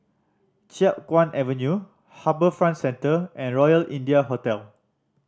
Chiap Guan Avenue HarbourFront Centre and Royal India Hotel